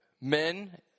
men